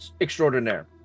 extraordinaire